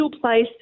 place